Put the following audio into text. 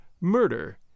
murder